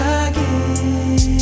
again